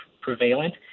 prevalent